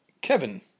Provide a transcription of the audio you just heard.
Kevin